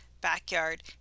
backyard